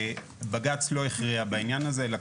בג"ץ לא הכריע בעניין הזה אלא,